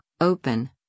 open